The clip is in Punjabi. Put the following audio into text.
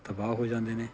ਤਬਾਹ ਹੋ ਜਾਂਦੇ ਨੇ